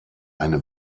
eine